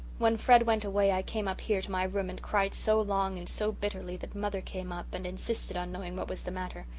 when fred went away i came up here to my room and cried so long and so bitterly that mother came up and insisted on knowing what was the matter.